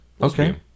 Okay